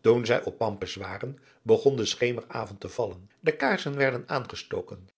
toen zij op pampus waren begon de schemeravond te vallen de kaarsen werden aangestoken